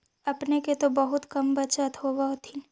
अपने के तो बहुते कम बचतबा होब होथिं?